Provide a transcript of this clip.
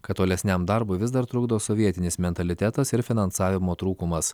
kad tolesniam darbui vis dar trukdo sovietinis mentalitetas ir finansavimo trūkumas